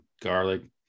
Garlic